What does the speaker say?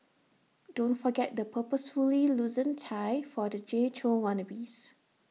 don't forget the purposefully loosened tie for the Jay Chou wannabes